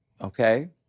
okay